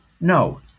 No